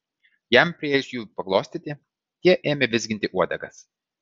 jam priėjus jų paglostyti tie ėmė vizginti uodegas